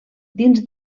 dins